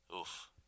oof